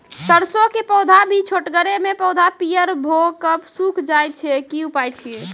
सरसों के पौधा भी छोटगरे मे पौधा पीयर भो कऽ सूख जाय छै, की उपाय छियै?